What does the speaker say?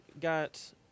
got